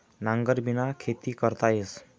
नांगरबिना खेती करता येस